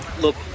Look